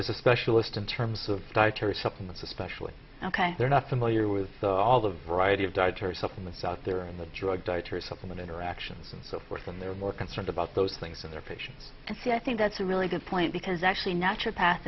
use a specialist in terms of dietary supplements especially ok they're not familiar with all the variety of dietary supplements out there in the drug dietary supplement interactions and so forth and they're more concerned about those things or their patients and so i think that's a really good point because actually natural pa